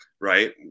right